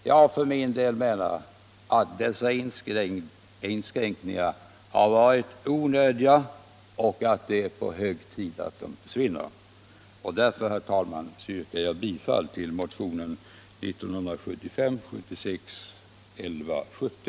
Jag för min del menar att dessa inskränkningar varit onödiga och att det är hög tid att de försvinner. Därför yrkar jag, herr talman, bifall till motionen 1975/76:1170.